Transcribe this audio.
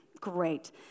Great